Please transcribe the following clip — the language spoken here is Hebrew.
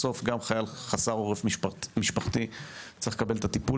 בסוף גם חייל חסר עורף משפחתי צריך לקבל את הטיפול